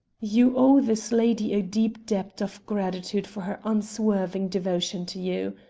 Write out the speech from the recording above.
you owe this lady a deep debt of gratitude for her unswerving devotion to you.